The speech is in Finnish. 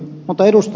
mutta ed